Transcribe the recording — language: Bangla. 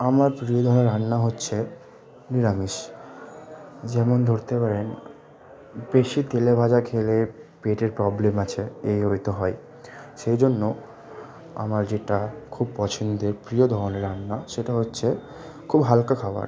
আমার প্রিয় ধরনের রান্না হচ্ছে নিরামিষ যেমন ধরতে পারেন বেশি তেলে ভাজা খেলে পেটের প্রবলেম আছে এই ঐ তো হয় সেই জন্য আমার যেটা খুব পছন্দের প্রিয় ধরনের রান্না সেটা হচ্ছে খুব হালকা খাবার